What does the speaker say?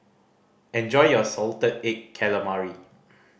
enjoy your salted egg calamari